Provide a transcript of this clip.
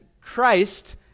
Christ